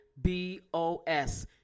B-O-S